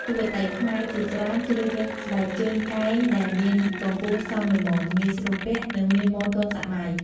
យុវតីខ្មែរជាច្រើនជ្រើសរើសស្បែកជើងកែងដែលមានកម្ពស់សមល្មម ងាយស្រួលពាក់ និងមានម៉ូដទាន់សម័យ។